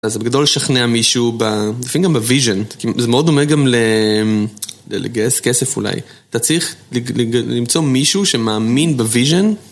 אז זה בגדול לשכנע מישהו, לפעמים גם בוויז'ן. זה מאוד דומה גם לגייס כסף אולי. אתה צריך למצוא מישהו שמאמין בוויז'ן.